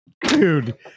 Dude